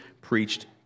preached